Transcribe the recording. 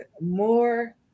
more